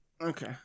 Okay